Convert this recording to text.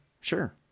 sure